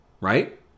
right